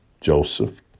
Joseph